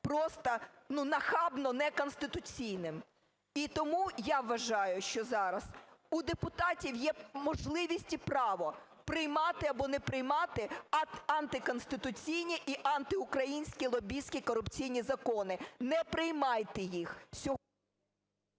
просто, ну, нахабно неконституційним. І тому я вважаю, що зараз у депутатів є можливість і право приймати або не приймати антиконституційні і антиукраїнські, лобістські корупційні закони. Не приймаєте їх.